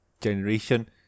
generation